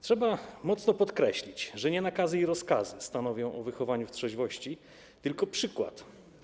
Trzeba mocno podkreślić, że nie nakazy i rozkazy stanowią o wychowaniu w trzeźwości, tylko przykład.